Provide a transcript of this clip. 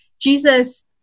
Jesus